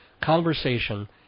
conversation